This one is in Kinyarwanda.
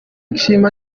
nshima